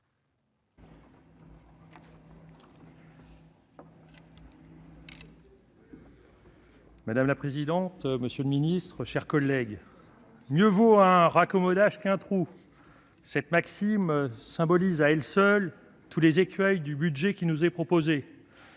Madame la présidente, monsieur le ministre, mes chers collègues, « mieux vaut un raccommodage qu'un trou ». Cette maxime résume à elle seule tous les écueils du budget qui nous est proposé.